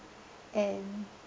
and